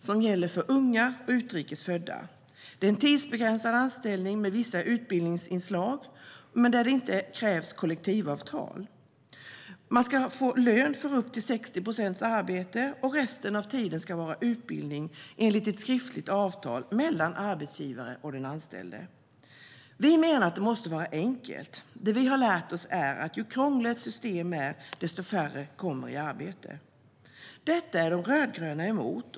Den gäller för unga och utrikes födda. Det är en tidsbegränsad anställning med vissa utbildningsinslag, där det inte krävs kollektivavtal. Man ska få lön för upp till 60 procents arbete, och resten av tiden ska vara utbildning enligt ett skriftligt avtal mellan arbetsgivaren och den anställde. Vi menar att det måste vara enkelt. Det vi har lärt oss är att ju krångligare ett system är, desto färre kommer i arbete. Detta är de rödgröna emot.